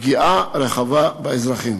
פגיעה רחבה באזרחים.